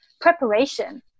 preparation